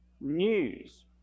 news